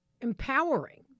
empowering